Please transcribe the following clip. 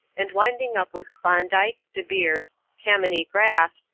and winding up with klondike, de beers, tammany graft,